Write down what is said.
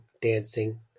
dancing